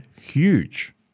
huge